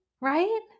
right